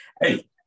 Hey